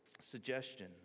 suggestion